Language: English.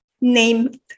named